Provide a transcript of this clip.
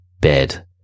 bed